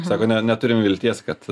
sako ne neturim vilties kad